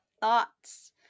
thoughts